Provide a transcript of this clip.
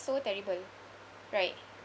so terrible right